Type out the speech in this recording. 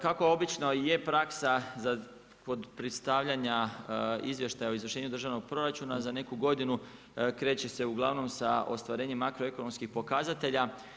Kako obično, je praksa, za predstavljanja Izvještaja o izvršenje državnog proračuna za neku godinu, kreće se uglavnom sa ostvarenjem makroekonomskih pokazatelja.